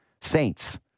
Saints